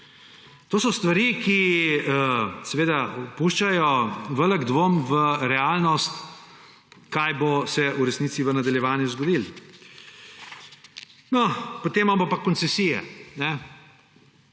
to so stvari, ki seveda puščajo velik dvom v realnost, kaj se bo v resnici v nadaljevanju zgodilo. No, potem pa imamo koncesije.